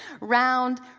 round